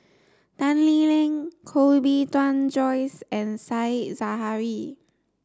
Tan Lee Leng Koh Bee Tuan Joyce and Said Zahari